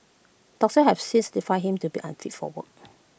doctors have since certified him to be unfit for work